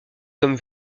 comme